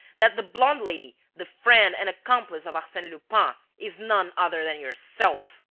that the blonde lady, the friend and accomplice of arsene lupin, is none other than yourself.